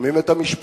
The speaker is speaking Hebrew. שומעים את המשפחות,